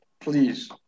please